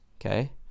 Okay